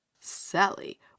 Sally